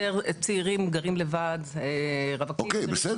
יותר צעירים גרים לבד, רווקים גרים לבד.